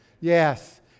Yes